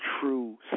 true